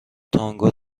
تانگو